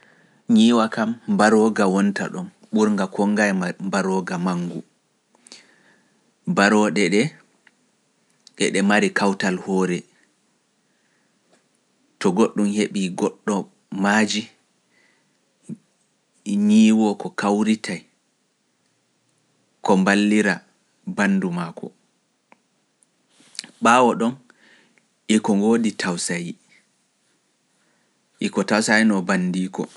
Nyiwa kam mbarooga wonta ɗon, ɓurnga konnga e mbarooga mangu, barooɗe ɗe e ɗe mari kawtal hoore, to goɗɗum heɓii goɗɗo maaji, nyiwoo ko kawritay, ko mballira banndu maa koo. Ɓaawo ɗon e ko ngoodi tawsayi, e ko tawsayno banndiiko.